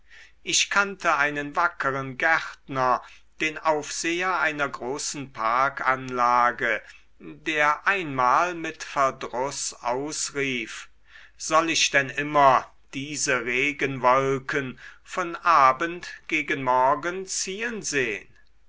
ich kannte einen wackeren gärtner den aufseher einer großen parkanlage der einmal mit verdruß ausrief soll ich denn immer diese regenwolken von abend gegen morgen ziehen sehn